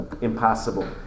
impossible